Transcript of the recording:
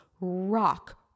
rock